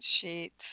sheets